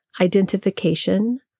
identification